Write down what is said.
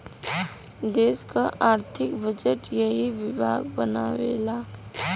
देस क आर्थिक बजट एही विभाग बनावेला